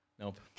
Nope